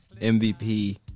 MVP